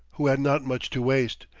who had not much to waste,